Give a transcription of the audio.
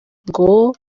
ngo